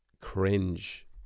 Cringe